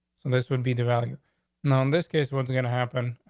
and this would be the value now, in this case, what's going to happen?